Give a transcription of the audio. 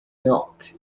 not